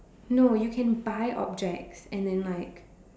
no you can buy objects and then like